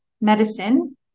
medicine